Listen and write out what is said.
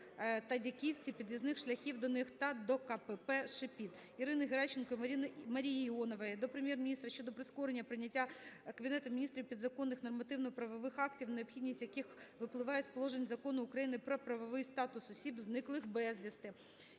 та "Дяківці", під'їзних шляхів до них та до КПП "Шепіт". Ірини Геращенко та Марії Іонової до Прем'єр-міністра щодо прискорення прийняття Кабінетом Міністрів підзаконних нормативно-правових актів, необхідність яких випливає із положень Закону України "Про правовий статус осіб, зниклих безвісти".